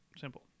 simple